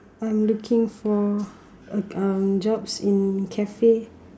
I'm looking for a um jobs in cafe